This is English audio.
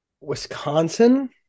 Wisconsin